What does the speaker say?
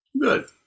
Good